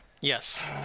Yes